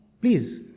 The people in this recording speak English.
Please